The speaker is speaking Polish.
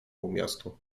miastu